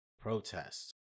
protests